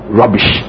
rubbish